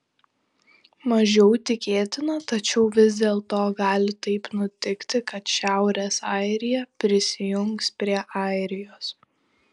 mažiau tikėtina tačiau vis dėlto gali taip nutikti kad šiaurės airija prisijungs prie airijos